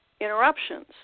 interruptions